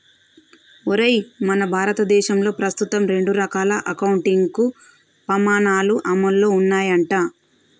ఒరేయ్ మన భారతదేశంలో ప్రస్తుతం రెండు రకాల అకౌంటింగ్ పమాణాలు అమల్లో ఉన్నాయంట